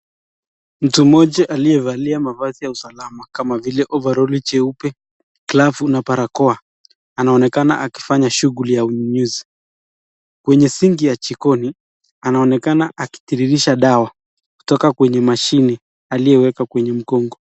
Mtu moja aliyevalia mavazi ya usalama kama vile ovaroli jeupe, glavu na barakoa anaonekana akifanya shughuli ya unyunyuzi. Kwenye sinki ya jikoni anaonekana akitiririsha dawa kutoka kwenye mashine aliyoweka kwenye mgongo.